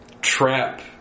trap